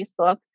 Facebook